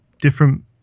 different